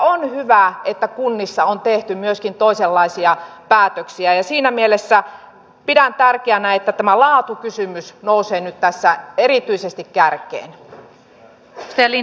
on hyvä että kunnissa on tehty myöskin toisenlaisia päätöksiä ja siinä mielessä pidän tärkeänä että tämä laatukysymys nousee tässä nyt erityisesti kärkeen